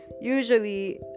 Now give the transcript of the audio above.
Usually